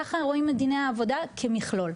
כך רואים את דיני העבודה כמכלול.